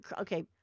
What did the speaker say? Okay